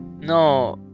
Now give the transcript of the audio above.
No